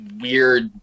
weird